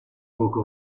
poca